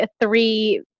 three